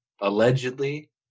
Allegedly